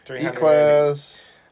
E-Class